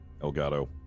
Elgato